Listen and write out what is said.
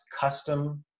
custom